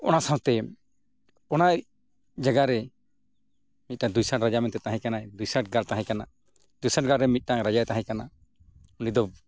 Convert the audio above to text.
ᱚᱱᱟ ᱥᱟᱶᱛᱮ ᱚᱱᱟ ᱡᱟᱭᱜᱟ ᱨᱮ ᱢᱤᱫᱴᱟᱝ ᱫᱩᱭᱥᱚᱱ ᱨᱟᱡᱟ ᱢᱮᱱᱛᱮ ᱛᱟᱦᱮᱸ ᱠᱟᱱᱟᱭ ᱫᱩᱭᱥᱟᱜᱽᱜᱟ ᱛᱟᱦᱮᱸ ᱠᱟᱱᱟᱭ ᱫᱩᱭᱥᱟᱱ ᱜᱟᱲᱨᱮ ᱢᱤᱫᱴᱟᱱ ᱨᱟᱡᱟᱭ ᱛᱟᱦᱮᱸ ᱠᱟᱱᱟ ᱩᱱᱤ ᱫᱚ